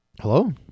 Hello